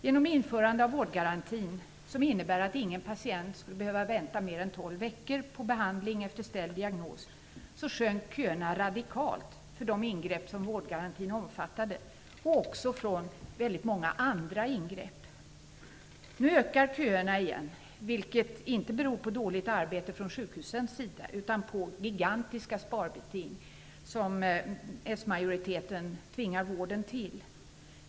Genom införandet av vårdgarantin, som innebär att ingen patient skall behöva vänta mer än tolv veckor på behandling efter ställd diagnos, sjönk köerna radikalt för de ingrepp som vårdgarantin omfattade och också för många andra ingrepp. Nu ökar köerna igen, vilket inte beror på dåligt arbete från sjukhusens sida utan på de gigantiska sparbeting som s-majoriteten tvingar vården till.